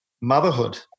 motherhood